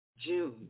June